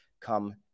come